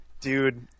Dude